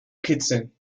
kitzeln